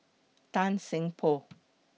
Tan Seng Poh